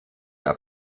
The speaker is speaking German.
auf